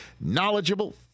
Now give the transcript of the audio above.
knowledgeable